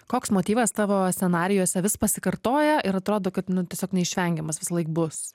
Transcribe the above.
koks motyvas tavo scenarijuose vis pasikartoja ir atrodo kad nu tiesiog neišvengiamas visąlaik bus